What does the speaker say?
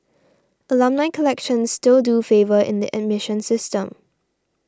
alumni connections still do favour in the admission system